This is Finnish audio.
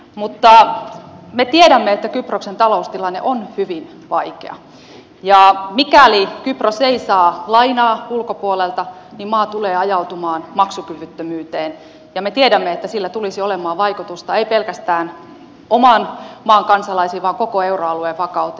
mutta me tiedämme että kyproksen taloustilanne on hyvin vaikea ja mikäli kypros ei saa lainaa ulkopuolelta niin maa tulee ajautumaan maksukyvyttömyyteen ja me tiedämme että sillä tulisi olemaan vaikutusta ei pelkästään oman maan kansalaisiin vaan koko euroalueen vakauteen